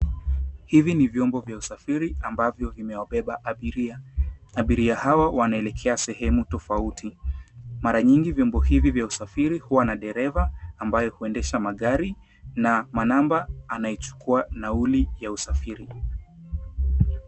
Hivi ni vyombo vya usafiri ambavyo vimewabeba abiria. Abiria hawa wanaelekea sehemu tofauti. Mara nyingi vyombo hivi vya usafiri huwa na dereva ambaye huendesha magari na manamba anaichukua nauli ya usafiri.